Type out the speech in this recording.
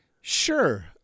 Sure